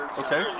okay